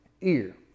ear